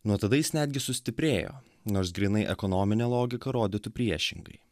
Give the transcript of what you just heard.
nuo tada jis netgi sustiprėjo nors grynai ekonominė logika rodytų priešingai